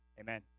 amen